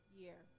year